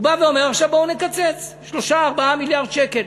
הוא בא ואומר: עכשיו בואו נקצץ 3 4 מיליארד שקל,